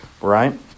right